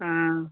ஆ